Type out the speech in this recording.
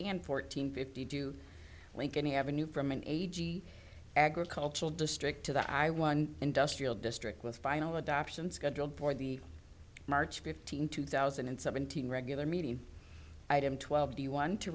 and fourteen fifty do link any avenue from an age agricultural district to the i one industrial district with final adoption scheduled for the march fifteenth two thousand and seventeen regular meeting item twelve the one to